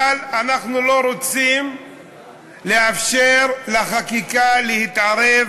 אבל אנחנו לא רוצים לאפשר לחקיקה להתערב